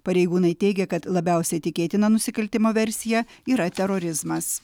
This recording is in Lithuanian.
pareigūnai teigia kad labiausiai tikėtina nusikaltimo versija yra terorizmas